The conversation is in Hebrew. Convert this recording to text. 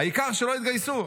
העיקר שלא יתגייסו.